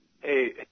Hey